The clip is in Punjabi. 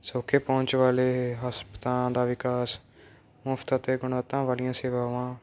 ਸੌਖੇ ਪਹੁੰਚ ਵਾਲੇ ਹਸਪਤਾਲਾਂ ਦਾ ਵਿਕਾਸ ਮੁਫ਼ਤ ਅਤੇ ਗੁਣਵੱਤਾ ਵਾਲੀਆਂ ਸੇਵਾਵਾਂ